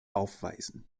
aufweisen